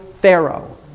Pharaoh